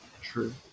True